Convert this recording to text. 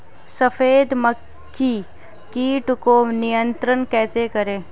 सफेद मक्खी कीट को नियंत्रण कैसे करें?